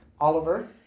Oliver